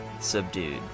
subdued